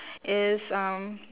it's um